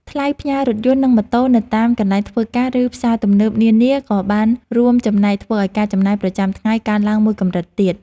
ថ្លៃផ្ញើរថយន្តនិងម៉ូតូនៅតាមកន្លែងធ្វើការ ឬផ្សារទំនើបនានាក៏បានរួមចំណែកធ្វើឱ្យការចំណាយប្រចាំថ្ងៃកើនឡើងមួយកម្រិតទៀត។